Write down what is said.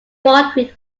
baldwin